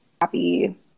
happy